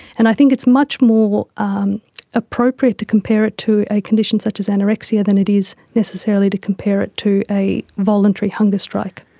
and i think it's much more um appropriate to compare it to a condition such as anorexia than it is necessarily to compare it to a voluntary hunger strike.